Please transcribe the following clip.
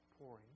pouring